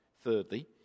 Thirdly